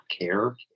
care